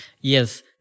Yes